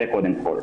זה קודם כל.